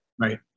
Right